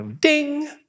Ding